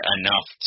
enough